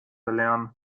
belehren